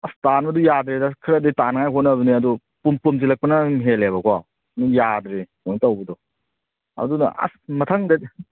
ꯑꯁ ꯇꯥꯟꯕꯗꯨ ꯌꯥꯗ꯭ꯔꯦꯗ ꯈꯔꯗꯤ ꯇꯥꯟꯅꯉꯥꯏ ꯍꯣꯠꯅꯕꯅꯦ ꯑꯗꯨ ꯄꯨꯝꯁꯜꯂꯛꯄꯅ ꯍꯦꯜꯂꯦꯕꯀꯣ ꯑꯗꯨꯝ ꯌꯥꯗ꯭ꯔꯦ ꯀꯩꯅꯣ ꯇꯧꯕꯗꯣ ꯑꯗꯨꯅ ꯑꯁ ꯃꯊꯪꯗꯗꯤ